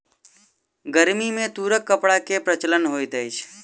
गर्मी में तूरक कपड़ा के प्रचलन होइत अछि